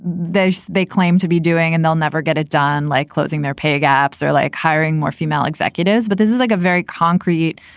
those they claim to be doing and they'll never get it done, like closing their pay gaps or like hiring more female executives. but this is like a very concrete,